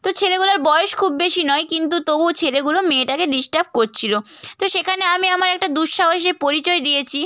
তো ছেলেগুলার বয়স খুব বেশি নয় কিন্তু তবুও ছেলেগুলো মেয়েটাকে ডিস্টার্ব করছিলো তো সেখানে আমি আমার একটা দুঃসাহসের পরিচয় দিয়েছি